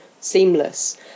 seamless